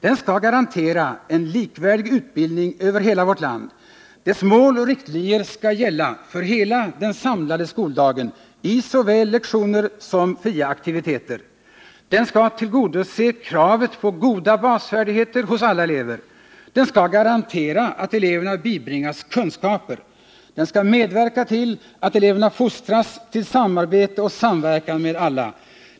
Den skall garantera en likvärdig utbildning över hela vårt land. Dess mål och riktlinjer skall gälla för hela den samlade skoldagen i såväl lektioner som fria aktiviteter. Den skall tillgodose kravet på goda basfärdigheter hos alla elever. Den skall garantera att eleverna bibringas kunskaper. Den skall medverka till att eleverna fostras till samarbete och samverkan med andra.